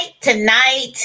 tonight